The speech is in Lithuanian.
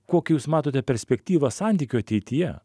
kokią jūs matote perspektyvą santykių ateityje